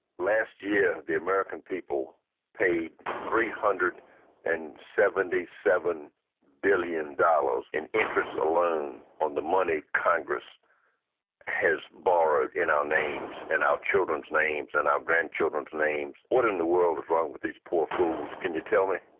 last year the american people paid three hundred and seventy seven billion dollars in interest alone on the money congress has borrowed in our names and our children's names and our grand children's names. what in the world is wrong with these poor fools? can you tell me?